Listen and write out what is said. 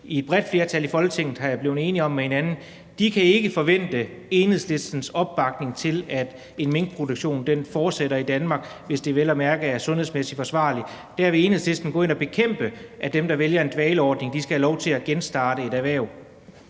i et bredt flertal i Folketinget er blevet enige med hinanden om, er, at de ikke kan forvente Enhedslistens opbakning til, at en minkproduktion fortsætter i Danmark, hvis det vel at mærke er sundhedsmæssigt forsvarligt, og at der vil Enhedslisten gå ind og bekæmpe, at dem, der vælger en dvaleordning, skal have lov til at genstarte et erhverv?